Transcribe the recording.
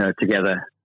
together